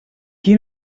qui